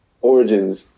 origins